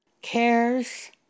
Cares